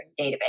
database